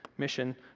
mission